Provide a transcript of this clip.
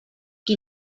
qui